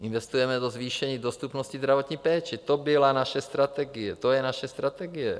Investujeme do zvýšení dostupnosti zdravotní péče, to byla naše strategie, to je naše strategie.